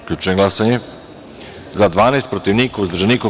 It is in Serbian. Zaključujem glasanje: za – 10, protiv – niko, uzdržanih – nema.